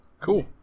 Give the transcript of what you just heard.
Cool